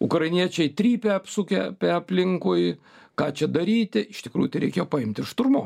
ukrainiečiai trypia apsukę aplinkui ką čia daryti iš tikrųjų tai reikėjo paimt ir šturmuot